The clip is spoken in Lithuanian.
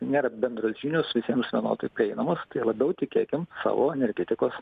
nėra bendros žinios visiems vienodai prieinamos tai labiau tikėkim savo energetikos